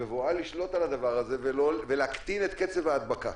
בבואה לשלוט על הדבר הזה ולהקטין את קצב ההדבקה,